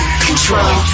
control